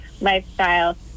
lifestyle